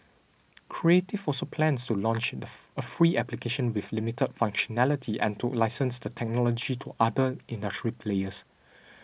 creative also plans to launch the a free application with limited functionality and to license the technology to other industry players